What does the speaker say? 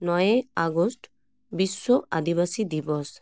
ᱱᱚᱭᱮᱭ August ᱵᱤᱥᱥᱚ ᱟᱹᱫᱤᱵᱟᱹᱥᱤ ᱫᱤᱵᱚᱥ